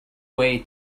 way